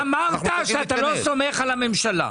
חמד, אמרת שאתה לא סומך על הממשלה.